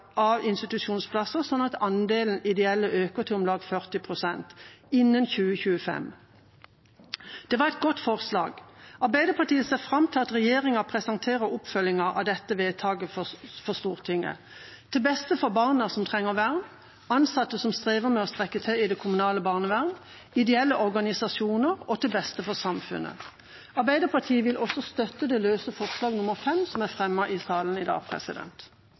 av institusjonsplasser, slik at andelen ideelle øker til om lag 40 pst. innen 2025. Det var et godt forslag. Arbeiderpartiet ser fram til at regjeringa presenterer oppfølgingen av dette vedtaket for Stortinget, til beste for barna som trenger vern, for ansatte som strever med å strekke til i det kommunale barnevernet, for ideelle organisasjoner og for samfunnet. Arbeiderpartiet vil støtte forslag nr. 5, som er fremmet i salen i dag.